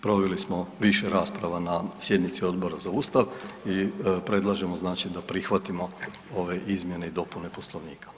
Proveli smo više rasprava na sjednici Odbora za Ustav i predlažemo znači da prihvatimo ove izmjene i dopune Poslovnika.